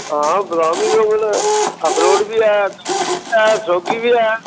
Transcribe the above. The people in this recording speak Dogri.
हां बदाम बी थ्होङन अखरोट बी ऐ बी ऐ सौंगी बी ऐ